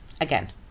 again